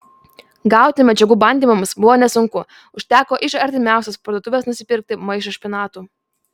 gauti medžiagų bandymams buvo nesunku užteko iš artimiausios parduotuvės nusipirkti maišą špinatų